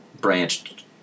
branched